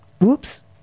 Whoops